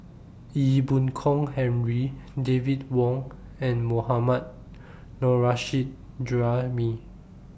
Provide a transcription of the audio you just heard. Ee Boon Kong Henry David Wong and Mohammad Nurrasyid Juraimi